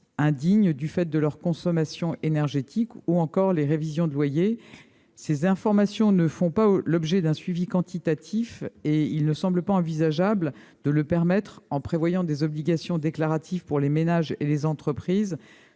indigents du fait de leur consommation énergétique, ou encore les révisions de loyer. Les informations listées ne font actuellement pas l'objet d'un suivi quantitatif. Il ne semble pas envisageable de le permettre en prévoyant des obligations déclaratives pour les ménages et les entreprises,